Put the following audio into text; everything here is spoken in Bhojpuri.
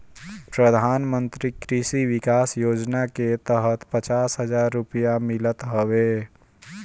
प्रधानमंत्री कृषि विकास योजना के तहत पचास हजार रुपिया मिलत हवे